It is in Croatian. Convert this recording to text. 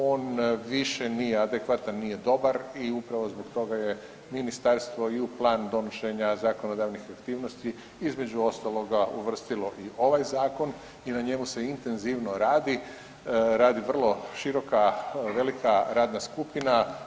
On više nije adekvatan, nije dobar i upravo zbog toga je ministarstvo i u plan donošenja zakonodavnih aktivnosti između ostaloga uvrstilo ovaj zakon i na njemu se intenzivno radi, radi vrlo široka, velika radna skupina.